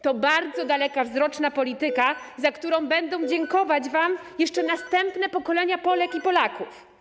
To bardzo dalekowzroczna polityka, za którą będą dziękować wam jeszcze następne pokolenia Polek i Polaków.